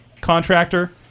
contractor